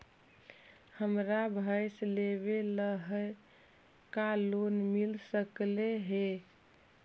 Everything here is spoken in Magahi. हमरा भैस लेबे ल है का लोन मिल सकले हे?